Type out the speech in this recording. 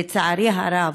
לצערי הרב,